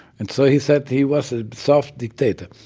and so he said he was a soft dictator.